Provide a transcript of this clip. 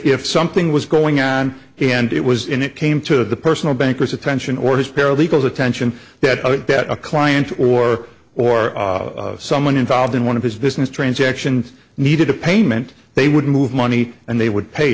if something was going on and it was in it came to the personal bankers attention or his paralegals attention that that a client or or someone involved in one of his business transactions needed a payment they would move money and they would pay